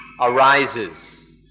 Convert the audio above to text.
arises